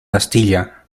astilla